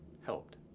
helped